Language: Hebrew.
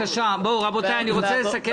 בבקשה, רבותיי, אני רוצה לסכם את הדיון.